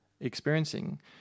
experiencing